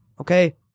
Okay